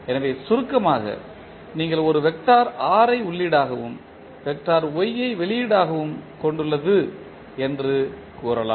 எனவே சுருக்கமாக நீங்கள் ஒரு வெக்டார் R ஐ உள்ளீடாகவும் வெக்டார் Y ஐ வெளியீட்டாகவும் கொண்டுள்ளது என்று கூறலாம்